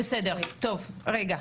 בסדר, טוב, רגע.